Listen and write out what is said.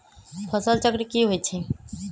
फसल चक्र की होइ छई?